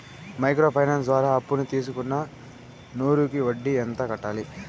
Micro finance ద్వారా అప్పును తీసుకున్న నూరు కి వడ్డీ ఎంత కట్టాలి?